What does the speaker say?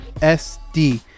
sd